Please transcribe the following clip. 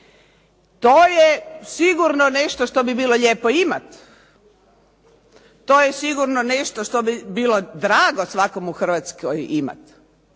To je sigurno nešto što bi bilo lijepo imati. To je sigurno nešto što bi drago svakome u Hrvatskoj imati,